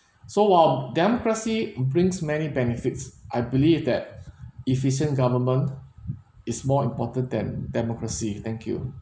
so our democracy brings many benefits I believe that efficient government is more important than democracy thank you